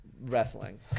Wrestling